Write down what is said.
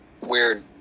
weird